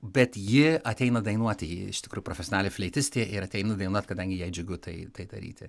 bet ji ateina dainuoti ji iš tikrųjų profesionali fleitistė ir ateina dainuot kadangi jai džiugu tai tai daryti